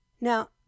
Now